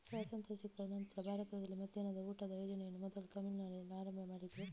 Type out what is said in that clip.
ಸ್ವಾತಂತ್ರ್ಯ ಸಿಕ್ಕ ನಂತ್ರ ಭಾರತದಲ್ಲಿ ಮಧ್ಯಾಹ್ನದ ಊಟದ ಯೋಜನೆಯನ್ನ ಮೊದಲು ತಮಿಳುನಾಡಿನಲ್ಲಿ ಆರಂಭ ಮಾಡಿದ್ರು